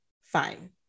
Fine